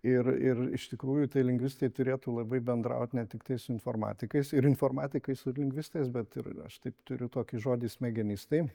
ir ir iš tikrųjų tai lingvistai turėtų labai bendraut ne tiktai su informatikais ir informatikai su lingvistais bet ir aš taip turiu tokį žodį smegenistai